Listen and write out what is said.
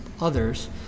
others